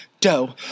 doe